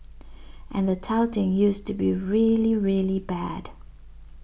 and the touting used to be really really bad